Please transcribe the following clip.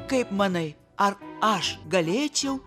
kaip manai ar aš galėčiau